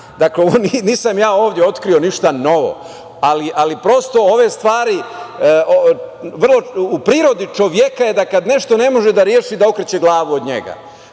Dakle, nisam ja ovde otkrio ništa novo, ali prosto u prirodi čoveka je da kad nešto ne može da reši, da okreće glavu od njega,